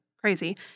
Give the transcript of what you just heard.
Crazy